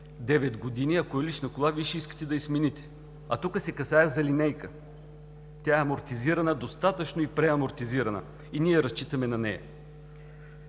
девет години. Ако е лична кола, Вие ще искате да я смените, а тук се касае за линейка. Тя е амортизирана достатъчно и преамортизирана и ние разчитаме на нея.